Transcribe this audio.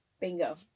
Bingo